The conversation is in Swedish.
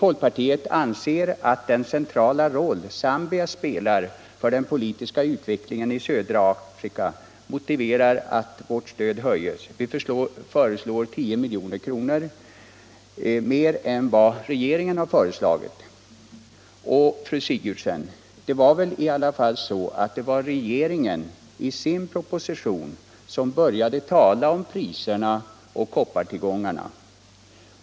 Folkpartiet anser att den centrala roll Zambia spelar för den politiska utvecklingen i södra Afrika motiverar att vårt stöd höjs — vi föreslår 10 milj.kr. mer än regeringen. Och, fru Sigurdsen, det var väl i alla fall regeringen som i sin proposition började tala om kopparpriserna och koppartillgångarna.